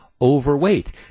overweight